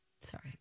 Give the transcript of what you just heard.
Sorry